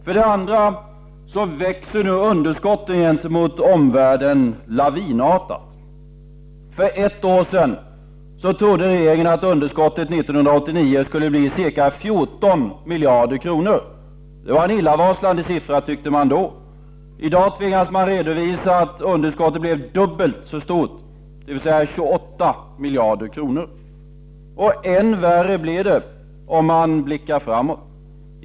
För det andra växer nu underskottet gentemot omvärlden lavinartat. För ett år sedan trodde regeringen att underskottet för 1989 skulle bli ca 14 miljarder kronor. Det var en illavarslande siffra, tyckte man då. I dag tvingas man redovisa att underskottet blev dubbelt så stort, dvs. ca 28 miljarder kronor. Än värre blir det om man blickar framåt.